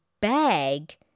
bag